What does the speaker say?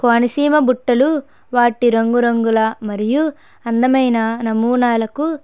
కోనసీమ బుట్టలు వాటి రంగురంగుల మరియు అందమైన నమూనాలకు